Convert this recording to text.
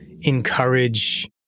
encourage